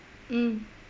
mm